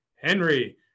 Henry